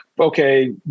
okay